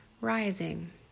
Rising